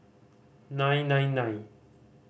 nine nine nine